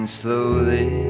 slowly